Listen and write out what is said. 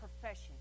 profession